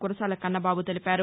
కురసాల కన్నబాబు తెలిపారు